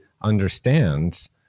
Understands